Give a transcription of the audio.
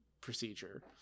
procedure